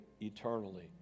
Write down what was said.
eternally